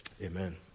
Amen